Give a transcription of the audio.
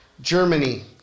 Germany